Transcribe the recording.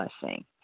blessing